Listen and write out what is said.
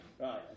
Right